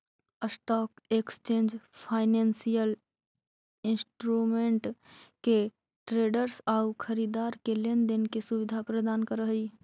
stock exchange financial instrument के traders आउ खरीदार के लेन देन के सुविधा प्रदान करऽ हइ